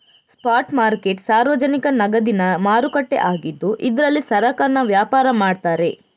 spot market ಸಾರ್ವಜನಿಕ ನಗದಿನ ಮಾರುಕಟ್ಟೆ ಆಗಿದ್ದು ಇದ್ರಲ್ಲಿ ಸರಕನ್ನ ವ್ಯಾಪಾರ ಮಾಡ್ತಾರೆ